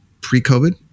pre-COVID